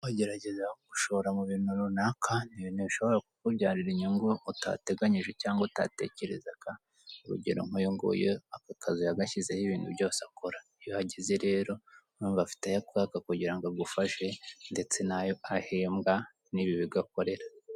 Kugerage gushora mu bintu runaka ni ibintu bishobora kukubyarira inyungu utateganyije cyangwa utatekerezaga urugero nk'uyunguyu ako kazi yagashyizeho ibintu byose akora iyo uhageze rero urumva afite ayo akwaka kugira ngo agufashe ndetse nayo ahembwa n'ibi bigo akorera.